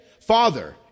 Father